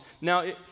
Now